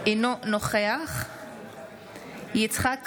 אינו נוכח יצחק קרויזר,